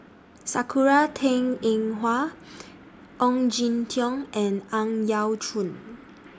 Sakura Teng Ying Hua Ong Jin Teong and Ang Yau Choon